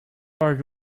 george